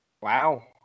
Wow